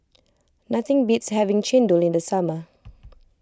nothing beats having Chendol in the summer